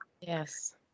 Yes